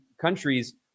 countries